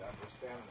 understand